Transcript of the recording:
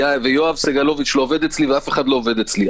ויואב סגלוביץ לא עובד אצלי ואף אחד לא עובד אצלי.